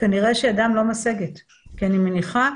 כנראה שידם לא משגת, כי אני מניחה